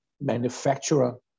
manufacturer